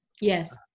Yes